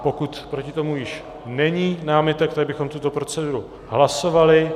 Pokud proti tomu již není námitek, tak bychom tuto proceduru hlasovali.